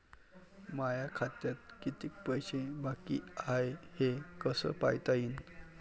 माया खात्यात कितीक पैसे बाकी हाय हे कस पायता येईन?